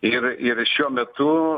ir ir šiuo metu